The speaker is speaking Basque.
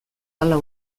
hala